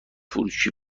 فروشی